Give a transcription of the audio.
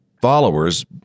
followers